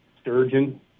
Sturgeon